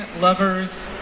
lovers